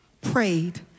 prayed